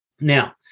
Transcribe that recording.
Now